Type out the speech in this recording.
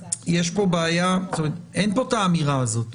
יש פה בעיה, זאת אומרת, אין פה את האמירה הזאת.